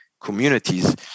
Communities